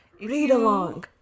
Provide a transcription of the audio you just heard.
read-along